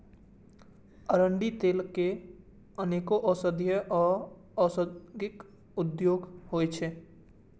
अरंडीक तेलक अनेक औषधीय आ औद्योगिक उपयोग होइ छै